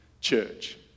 church